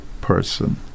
person